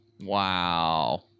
Wow